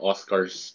Oscars